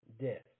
death